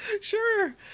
Sure